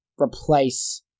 replace